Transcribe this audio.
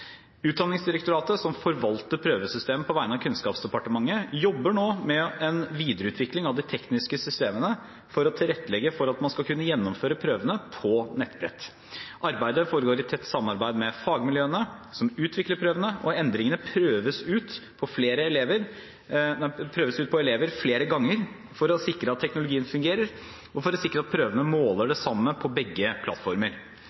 Utdanningsdirektoratet, som forvalter prøvesystemet på vegne av Kunnskapsdepartementet, jobber nå med en videreutvikling av de tekniske systemene, for å tilrettelegge for at man skal kunne gjennomføre prøvene på nettbrett. Arbeidet foregår i tett samarbeid med fagmiljøene som utvikler prøvene, og endringene prøves ut på elever flere ganger for å sikre at teknologien fungerer, og for å sikre at prøvene måler det samme på begge plattformer.